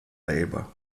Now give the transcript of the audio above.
labor